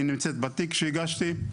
היא נמצאת בתיק הגשתי,